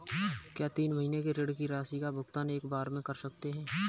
क्या तीन महीने के ऋण की राशि का भुगतान एक बार में कर सकते हैं?